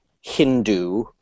Hindu